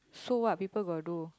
so what people got do